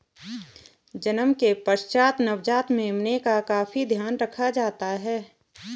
जन्म के पश्चात नवजात मेमने का काफी ध्यान रखा जाता है